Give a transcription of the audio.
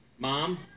Mom